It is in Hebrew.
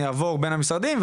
אני אעבור בין המשרדים,